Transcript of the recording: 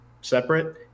separate